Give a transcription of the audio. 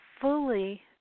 fully